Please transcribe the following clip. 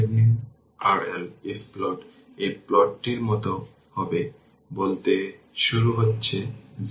তাই আমি এই ভিডিও লেকচারের মধ্য দিয়ে যেতে আশা করি